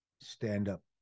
stand-up